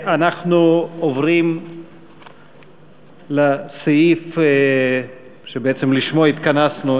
אנחנו עוברים לסעיף שלשמו התכנסנו,